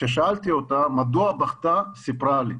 כששאלתי אותה מדוע בכתה, סיפרה לי: